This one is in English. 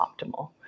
optimal